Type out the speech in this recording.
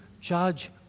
judge